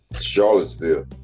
Charlottesville